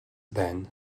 then